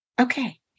okay